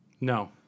No